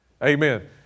Amen